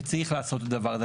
וצריך לעשות את הדבר הזה.